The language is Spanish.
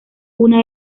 una